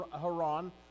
Haran